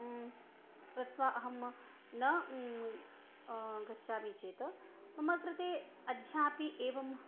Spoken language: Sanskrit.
कृत्वा अहं न गच्छामि चेत् मम कृते अद्यापि एवं